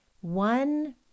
one